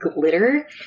glitter